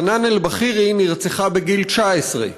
חנאן אלבחירי נרצחה בגיל 19,